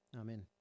Amen